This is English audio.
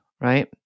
right